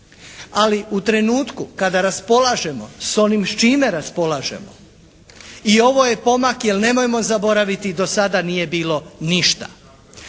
Ali u trenutku kada raspolažemo s onim s čime raspolažemo i ovo je pomak, jer nemojmo zaboraviti do sada nije bilo ništa.